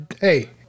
hey